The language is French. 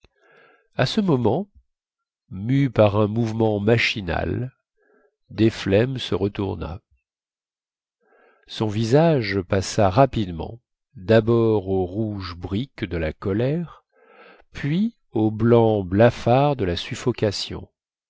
à ce moment mû par un mouvement machinal desflemmes se retourna son visage passa rapidement dabord au rouge brique de la colère puis au blanc blafard de la suffocation